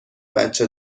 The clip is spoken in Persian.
بچه